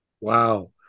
Wow